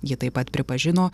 jie taip pat pripažino